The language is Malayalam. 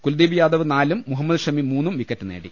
കുൽദ്വീപ് യാദവ് നാലും മുഹമ്മദ് ഷമി മൂന്നും വിക്കറ്റ് നേടി